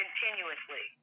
Continuously